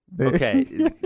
Okay